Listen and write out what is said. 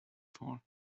for